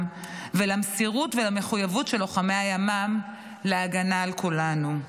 ולמסירות ולמחויבות של לוחמי הימ"מ להגנה על כולנו.